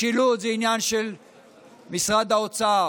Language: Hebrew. משילות זה עניין של משרד האוצר,